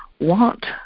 want